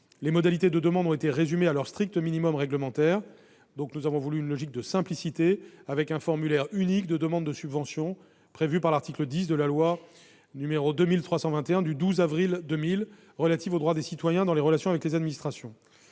les modalités de demande ont été limitées à leur strict minimum réglementaire, dans une logique de simplicité : un formulaire unique de demande de subvention est ainsi prévu par l'article 10 de la loi n° 2000-321 du 12 avril 2000 relative aux droits des citoyens dans leurs relations avec les administrations.